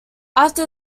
after